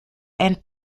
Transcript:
and